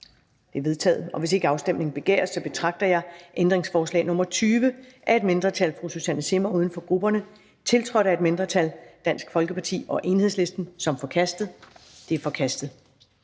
Det er vedtaget. Hvis ikke afstemning begæres, betragter jeg ændringsforslag nr. 20 af et mindretal (Susanne Zimmer (UFG)), tiltrådt af et mindretal (DF og EL), som forkastet. Det er forkastet.